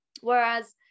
Whereas